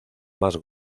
más